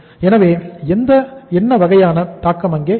எனவே என்ன வகையான தாக்கம் அங்கே இருக்கும்